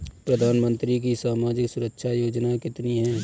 प्रधानमंत्री की सामाजिक सुरक्षा योजनाएँ कितनी हैं?